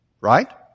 Right